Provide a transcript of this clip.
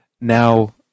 now